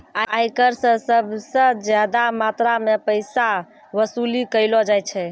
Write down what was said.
आयकर स सबस ज्यादा मात्रा म पैसा वसूली कयलो जाय छै